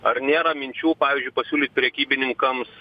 ar nėra minčių pavyzdžiui pasiūlyt prekybininkams